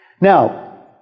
Now